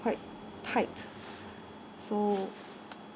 quite tight so